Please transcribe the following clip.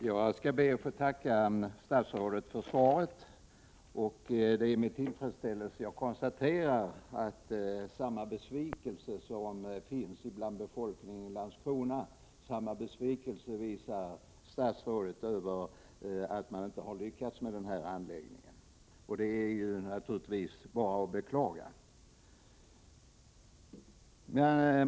Herr talman! Jag ber att få tacka statsrådet för svaret. Det är med tillfredsställelse som jag konstaterar att statsrådet visar samma besvikelse som den som finns bland befolkningen i Landskrona över att man inte har lyckats med den här anläggningen, ett misslyckande som naturligtvis är att beklaga.